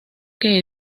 que